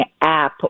app